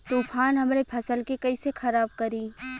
तूफान हमरे फसल के कइसे खराब करी?